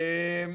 הלאה,